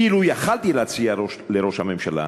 אילו יכולתי להציע לראש הממשלה,